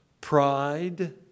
Pride